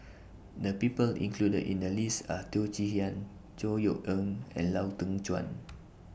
The People included in The list Are Teo Chee Hean Chor Yeok Eng and Lau Teng Chuan